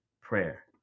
prayer